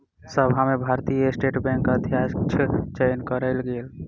सभा में भारतीय स्टेट बैंकक अध्यक्षक चयन कयल गेल